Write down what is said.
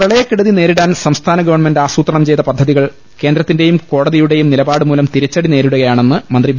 പ്രളയക്കെടുതി നേരിടാൻ സംസ്ഥാന ഗവണ്മെന്റ് ആസൂ ത്രണം ചെയ്ത പദ്ധതികൾ കേന്ദ്രത്തിന്റെയും കോടതിയുടെയും നിലപാടുമൂലം തിരിച്ചടി നേരിടുകയാണെന്ന് മന്ത്രി വി